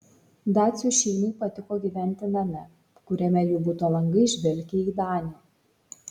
dacių šeimai patiko gyventi name kuriame jų buto langai žvelgė į danę